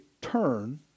turn